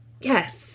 Yes